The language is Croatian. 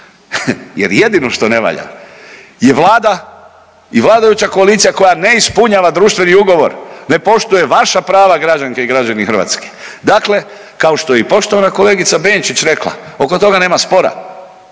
jer jedino što ne valja je Vlada i vladajuća koalicija koja ne ispunjava društveni ugovor, ne poštuje vaša prava građanke i građani Hrvatske. Dakle kao što je i poštovana kolegica Benčić rekla, oko toga nema spora,